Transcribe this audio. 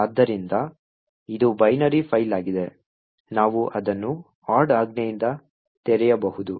ಆದ್ದರಿಂದ ಇದು binary file ಆಗಿದೆ ನಾವು ಅದನ್ನು od ಆಜ್ಞೆಯಿಂದ ತೆರೆಯಬಹುದು